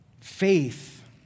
Faith